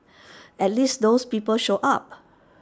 at least those people showed up